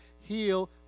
heal